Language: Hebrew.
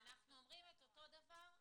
אנחנו אומרים את אותו הדבר,